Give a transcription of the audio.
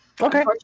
okay